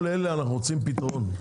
לכל הנושאים האלה אנחנו רוצים פתרון.